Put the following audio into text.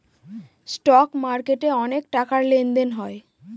stock মার্কেটে অনেক টাকার লেনদেন হয়